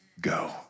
go